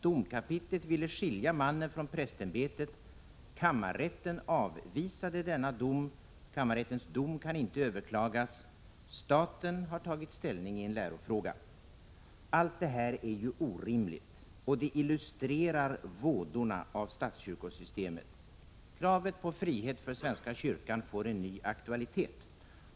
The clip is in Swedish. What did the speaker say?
Domkapitlet ville skilja mannen från prästämbetet, men kammarrätten avvisade denna dom. Kammarrättens dom kan inte överklagas. Staten har tagit ställning i en lärofråga. Allt detta är orimligt och illustrerar vådorna av statskyrkosystemet. Kravet på frihet för svenska kyrkan får ny aktualitet.